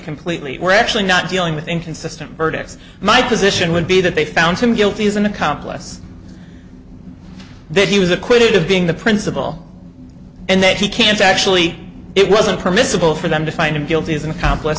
completely we're actually not dealing with inconsistent verdicts my position would be that they found him guilty as an accomplice then he was acquitted of being the principal and that he can't actually it wasn't permissible for them to find him guilty as an accompl